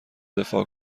دفاع